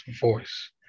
voice